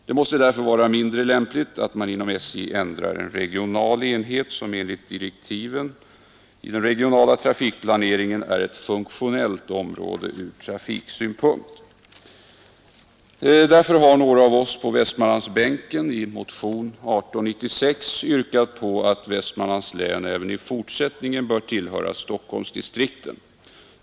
Det måste därför vara mindre lämpligt att man inom SJ ändrar en regional enhet, som enligt direktiven i den regionala trafikplaneringen är ett funktionellt område ur trafiksynpunkt. Därför har några av oss på Västmanlandsbänken i motionen 1896 yrkat att Västmanlands län även i fortsättningen skall tillhöra Stockholmsdistrikten.